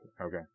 Okay